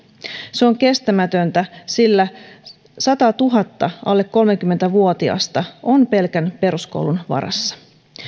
se on kestämätöntä sillä sadalletuhannelle alle kolmekymmentä vuotiasta on pelkän peruskoulun varassa